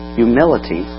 humility